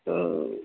तर